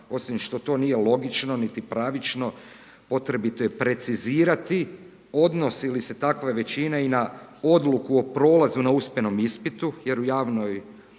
Osim što to nije logično niti pravično, potrebito je precizirati odnos ili se takve većine i na odluku o prolazu na usmenom ispitu jer u javnoj